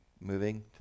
Moving